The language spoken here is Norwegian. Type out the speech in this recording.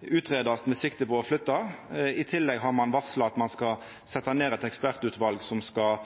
utgreiast med sikte på å flytta. I tillegg har ein varsla at ein skal setja ned eit ekspertutval som skal